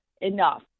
enough